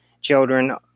children